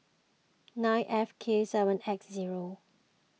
nine F K seven X zero